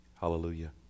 Hallelujah